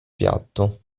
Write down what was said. piatto